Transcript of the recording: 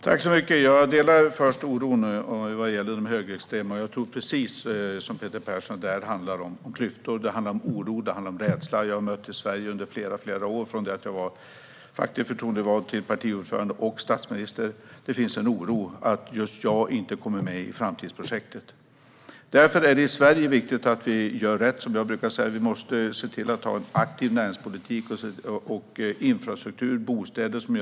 Herr talman! Jag delar oron vad gäller de högerextrema, och jag tror precis som Peter Persson att det handlar om klyftor, oro och rädsla. Jag har under flera år, från att jag var facklig förtroendevald till att jag blev partiordförande och statsminister, sett att det finns en oro hos människor i Sverige att just de inte ska komma med i framtidsprojektet. Därför är det viktigt att vi gör rätt i Sverige, som jag brukar säga. Vi måste se till att ha en aktiv näringspolitik, en infrastruktur och bostäder.